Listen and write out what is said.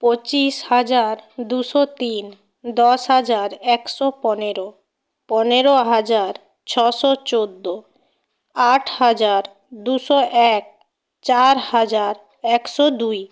পঁচিশ হাজার দুশো তিন দশ হাজার একশো পনেরো পনেরো হাজার ছশো চোদ্দো আট হাজার দুশো এক চার হাজার একশো দুই